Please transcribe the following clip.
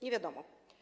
Nie wiadomo.